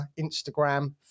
Instagram